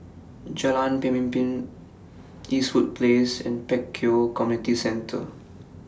Jalan Pemimpin Eastwood Place and Pek Kio Community Centre